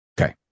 Okay